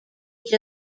age